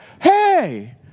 hey